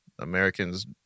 Americans